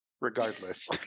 regardless